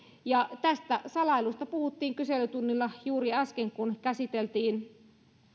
tästä salailusta puhuttiin kyselytunnilla juuri äsken kun käsiteltiin